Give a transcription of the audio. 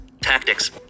tactics